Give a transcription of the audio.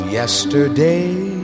yesterday